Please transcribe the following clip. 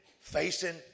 facing